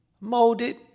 molded